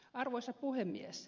arvoisa puhemies